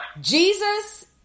jesus